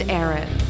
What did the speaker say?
Aaron